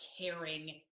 caring